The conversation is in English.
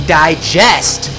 digest